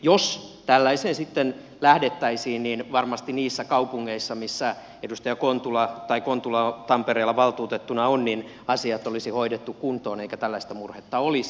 jos tällaiseen sitten lähdettäisiin niin varmasti niissä kaupungeissa missä edustaja kontula on tai tampereella missä kontula valtuutettuna on asiat olisi hoidettu kuntoon eikä tällaista murhetta olisi